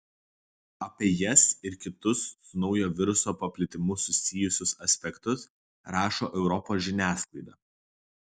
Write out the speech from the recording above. apie jas ir kitus su naujo viruso paplitimu susijusius aspektus rašo europos žiniasklaida